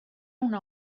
una